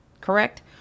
Correct